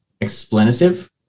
explanative